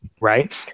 right